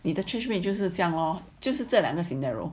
你的 church mate loh 就是这样 loh 就是这两个 scenario